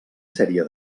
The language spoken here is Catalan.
sèrie